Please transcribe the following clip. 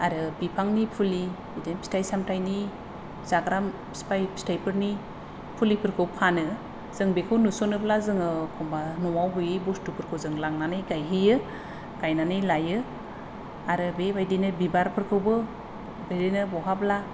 आरो बिफांनि फुलि बिदिनो फिथाय सामथायनि जाग्रा फिथायफोरनि फुलिफोरखौ फानो जों बेखौ नुसनोब्ला जोङो एखनबा न'आव गैयि बुस्थुफोरखौ जों लांनानै गायहैयो गायनानै लायो आरो बेबायदिनो बिबारफोरखौबो बिदिनो बहाबा